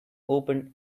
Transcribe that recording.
opened